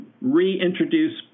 reintroduce